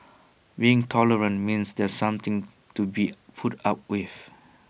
being tolerant means there's something to be put up with